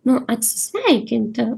nu atsisveikinti